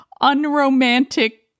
unromantic